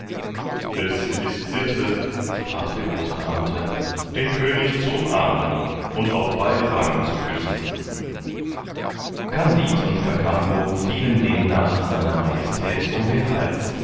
es ist sitte sprach der großbeamte den könig zu umarmen und auf beide wangen zu küssen kandid und kakambo fielen demnach sr majestät um den hals